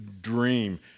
dream